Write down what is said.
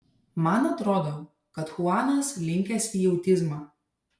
man atrodo kad chuanas linkęs į autizmą